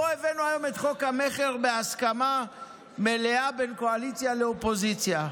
פה הבאנו היום את חוק המכר בהסכמה מלאה בין קואליציה לאופוזיציה.